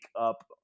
up